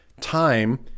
time